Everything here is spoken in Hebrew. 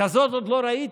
כזאת עוד לא ראיתי.